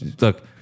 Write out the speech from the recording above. Look